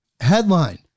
headline